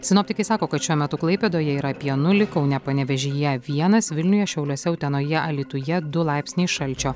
sinoptikai sako kad šiuo metu klaipėdoje yra apie nulį kaune panevėžyje vienas vilniuje šiauliuose utenoje alytuje du laipsniai šalčio